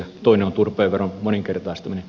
toinen on turpeen veron moninkertaistaminen